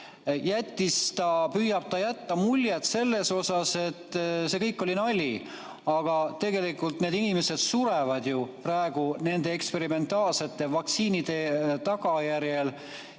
farsiks, püüab ta jätta mulje, et see kõik oli nali. Aga tegelikult need inimesed surevad ju praegu nende eksperimentaalsete vaktsiinide tagajärjel.